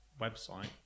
website